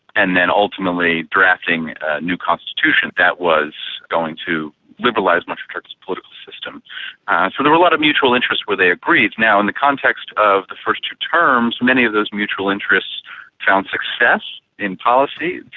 and then ultimately drafting a new constitution that was going to liberalise much of turkey's political system. so there were a lot of mutual interests where they agreed. now, in the context of the first two terms, many of those mutual interests found success in policy,